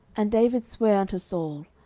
and david sware unto saul.